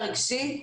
הרגשי.